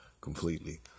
completely